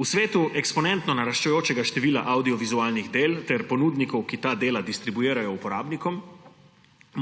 V svetu eksponentno naraščajočega števila avdiovizualnih del ter ponudnikov, ki ta dela distribuirajo uporabnikom,